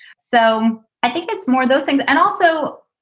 so i think it's more those things. and also,